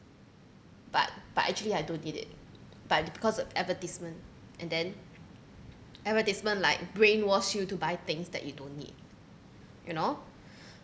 but but actually I don't need it but because of advertisement and then advertisement like brainwash you to buy things that you don't need you know